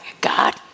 God